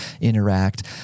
interact